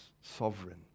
sovereign